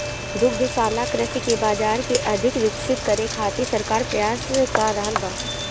दुग्धशाला कृषि के बाजार के अधिक विकसित करे खातिर सरकार प्रयास क रहल बा